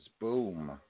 Boom